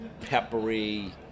peppery